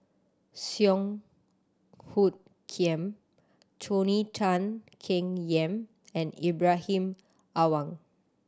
Song Hoot Kiam Tony Tan Keng Yam and Ibrahim Awang